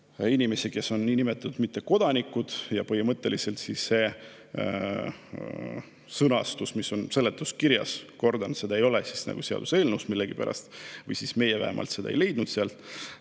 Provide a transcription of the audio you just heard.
inimesi, kes on niinimetatud mittekodanikud, ja põhimõtteliselt see sõnastus, mis on seletuskirjas – kordan, seda ei ole seaduseelnõus millegipärast või meie vähemalt seda ei leidnud seda